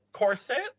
corset